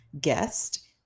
guest